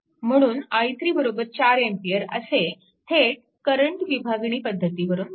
म्हणून i3 4A असे थेट करंट विभागणी पद्धतीवरून मिळते